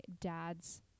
dad's